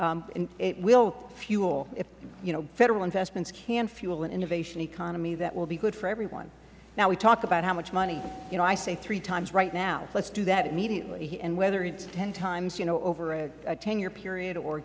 energy and it will fuel you know federal investments can fuel an innovation economy that will be good for everyone now we talk about how much money you know i say three times right now let's do that immediately and whether it is ten times you know over a ten year period or